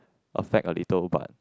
affect a little but